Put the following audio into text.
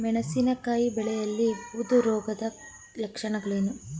ಮೆಣಸಿನಕಾಯಿ ಬೆಳೆಯಲ್ಲಿ ಬೂದು ರೋಗದ ಲಕ್ಷಣಗಳೇನು?